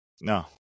no